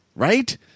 Right